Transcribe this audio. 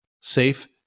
safe